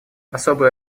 особую